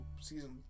season